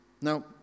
Now